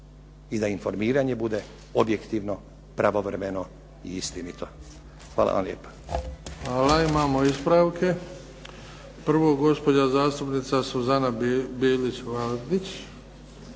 i da informiranje bude objektivno, pravovremeno i istinito. Hvala vam lijepo. **Bebić, Luka (HDZ)** Hvala. Imamo ispravke. Prvo gospođa zastupnica Suzana Bilić-Vardić.